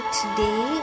today